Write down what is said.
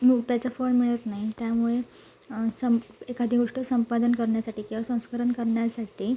नु त्याचं फळ मिळत नाही त्यामुळे सं एखादी गोष्ट संपादन करण्यासाठी किंवा संस्करण करण्यासाठी